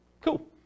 Cool